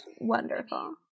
wonderful